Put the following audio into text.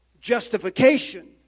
justification